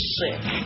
sick